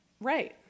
right